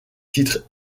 titre